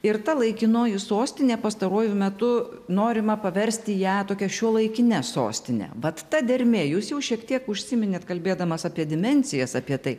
ir ta laikinoji sostinė pastaruoju metu norima paversti ją tokia šiuolaikine sostine vat ta dermė jūs jau šiek tiek užsiminėt kalbėdamas apie dimensijas apie tai